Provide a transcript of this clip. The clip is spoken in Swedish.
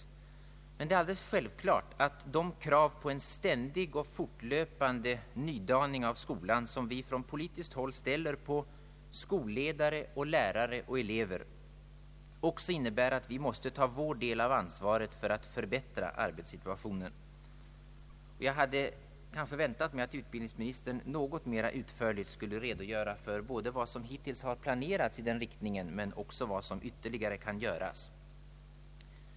Det är emellertid alldeles självklart att de krav på en ständig och fortlöpande nydaning av skolan som vi från politiskt håll ställer på skolledare, lärare och elever också innebär att vi måste ta vår del av ansvaret för att förbättra arbetssituationen. Jag hade kanske väntat mig att utbildningsministern något mera utförligt skulle ha redogjort för både vad som hittills har planerats i den rikt ningen och vad som ytterligare kan göras.